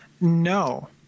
No